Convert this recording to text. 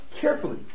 carefully